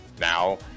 now